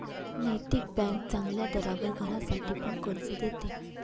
नैतिक बँक चांगल्या दरावर घरासाठी पण कर्ज देते